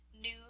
New